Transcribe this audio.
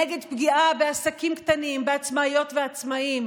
נגד פגיעה בעסקים קטנים, בעצמאיות ועצמאים,